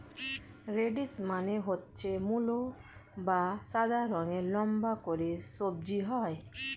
radish মানে হচ্ছে মূলো যা সাদা রঙের লম্বা করে সবজি হয়